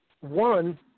One